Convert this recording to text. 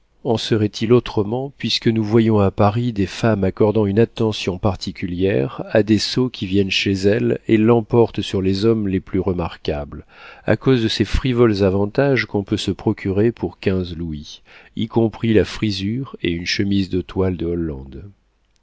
en serait-il autrement puisque nous voyons à paris des femmes accordant une attention particulière à des sots qui viennent chez elles et l'emportent sur les hommes les plus remarquables à cause de ces frivoles avantages qu'on peut se procurer pour quinze louis y compris la frisure et une chemise de toile de hollande